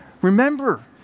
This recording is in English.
remember